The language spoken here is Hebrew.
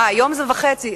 מיליארד וחצי.